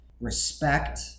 respect